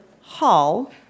Hall